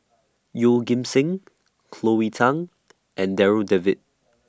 Yeoh Ghim Seng Chloe Thang and Darryl David